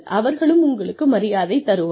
அவர்களும் உங்களுக்கு மரியாதை தருவார்